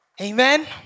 Amen